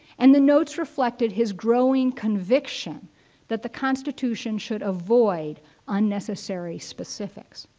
and the notes reflected his growing conviction that the constitution should avoid unnecessary specifics.